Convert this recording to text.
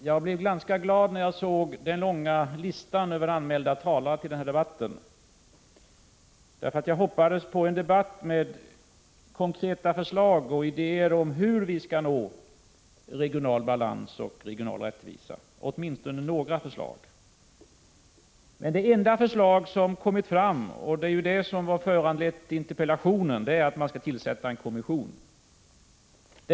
Herr talman! Jag blev glad när jag såg den långa listan över anmälda talare till den här debatten därför att jag hoppades på en debatt med konkreta förslag och idéer om hur vi skall nå regional balans och regional rättvisa, åtminstone några förslag. Men det enda förslag som kommit fram och som är det som föranlett interpellationen är att man skall tillsätta en kommission.